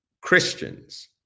Christians